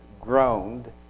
groaned